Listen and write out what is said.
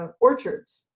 orchards